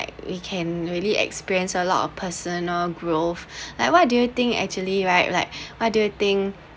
we can really experience a lot of personal growth like what do you think actually right like what do you think